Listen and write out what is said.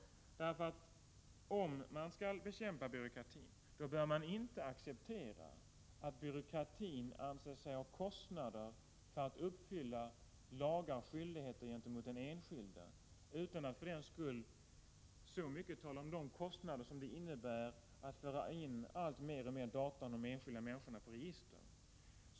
Om man skall bekämpa byråkratin bör man nämligen inte acceptera att byråkratin anser sig ha kostnader för att följa lagar och fullgöra sina skyldigheter gentemot den enskilde utan att så mycket tala om de kostnader som det innebär att föra in alltmer information om de enskilda människorna på register.